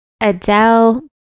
Adele